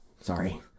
sorry